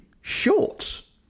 shorts